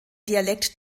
dialekt